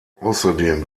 außerdem